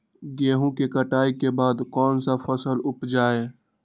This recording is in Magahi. गेंहू के कटाई के बाद कौन सा फसल उप जाए?